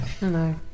No